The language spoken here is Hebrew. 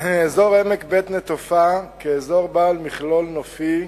אזור עמק בית-נטופה, כאזור בעל מכלול נופי,